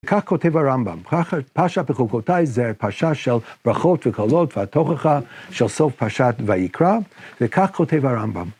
כך כותב הרמב״ם, פרשת בחוקותיי זה פרשה של ברכות וקללות והתוכחה של סוף פרשצ ויקרא, וכך כותב הרמב״ם.